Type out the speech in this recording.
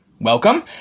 welcome